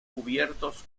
cubiertos